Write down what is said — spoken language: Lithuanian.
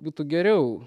būtų geriau